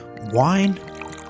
Wine